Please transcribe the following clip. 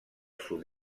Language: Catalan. sud